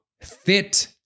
fit